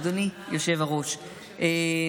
אדוני היושב-ראש,